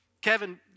Kevin